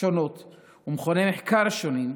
שונות ומכוני מחקר שונים,